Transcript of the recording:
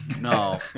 no